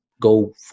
go